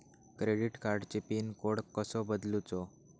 Credit कार्डची pin code कसो बदलुचा?